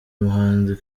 muhanzi